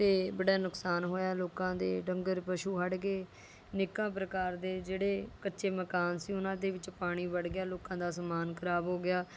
ਅਤੇ ਬੜਾ ਨੁਕਸਾਨ ਹੋਇਆਂ ਲੋਕਾਂ ਦੇ ਡੰਗਰ ਪਸ਼ੂ ਹੜ੍ਹ ਗਏ ਅਨੇਕਾਂ ਪ੍ਰਕਾਰ ਦੇ ਜਿਹੜੇ ਕੱਚੇ ਮਕਾਨ ਸੀ ਉਨ੍ਹਾਂ ਦੇ ਵਿੱਚ ਪਾਣੀ ਵੜ੍ਹ ਗਿਆਂ ਲੋਕਾਂ ਦਾ ਸਮਾਨ ਖਰਾਬ ਹੋ ਗਿਆ